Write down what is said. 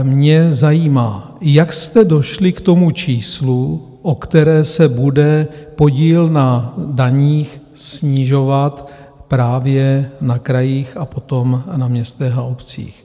Mě zajímá, jak jste došli k číslu, o které se bude podíl na daních snižovat právě na krajích a potom na městech a obcích?